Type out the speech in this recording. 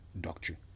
doctrine